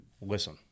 listen